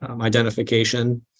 identification